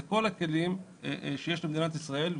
זה כל הכלים שיש למדינות ישראל,